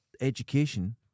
education